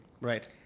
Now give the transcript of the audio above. Right